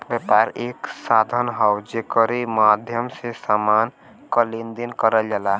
व्यापार एक साधन हौ जेकरे माध्यम से समान क लेन देन करल जाला